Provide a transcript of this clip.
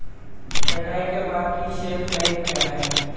कटाई के बाद की शेल्फ लाइफ क्या है?